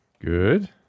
Good